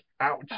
Ouch